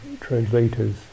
translators